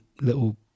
little